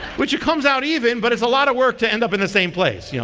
which it comes out even but it's a lot of work to end up in the same place, you know.